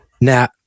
Now